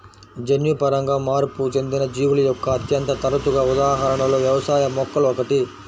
జన్యుపరంగా మార్పు చెందిన జీవుల యొక్క అత్యంత తరచుగా ఉదాహరణలలో వ్యవసాయ మొక్కలు ఒకటి